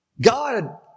God